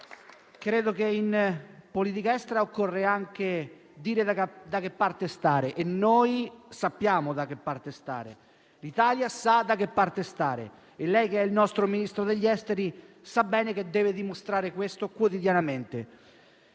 Credo che in politica estera occorra anche dire da che parte stare, e noi sappiamo da che parte stare; l'Italia sa da che parte stare, e lei, che è il nostro Ministro degli esteri, sa bene che deve dimostrarlo quotidianamente.